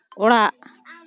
ᱚᱲᱟᱜ